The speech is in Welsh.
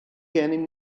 gennym